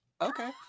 okay